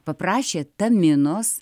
paprašė taminos